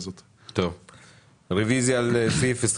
מה זה הוצאה מותנית בהכנסה?